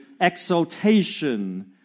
exaltation